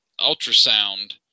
ultrasound